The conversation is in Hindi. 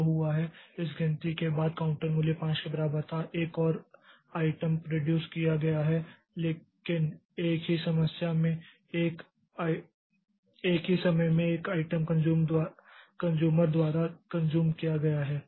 जो हुआ है इस गिनती के बाद काउंटर मूल्य 5 के बराबर था एक और आइटम प्रोड्यूस किया गया है लेकिन एक ही समय में एक आइटम कन्ज़्यूमर द्वारा कन्ज़्यूम किया गया है